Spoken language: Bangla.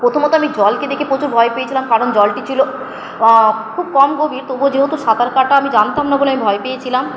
প্রথমত আমি জলকে দেখে প্রচুর ভয় পেয়েছিলাম কারণ জলটি ছিলো খুব কম গভীর তবুও যেহেতু সাঁতার কাটা আমি জানতাম না বলে আমি ভয় পেয়েছিলাম